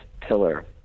pillar